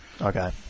Okay